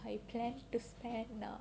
I plan to spend uh